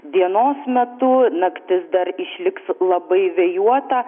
dienos metu naktis dar išliks labai vėjuota